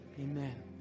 Amen